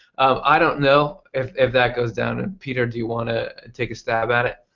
i don't know if if that goes down. and peter do you want to take a stab at it?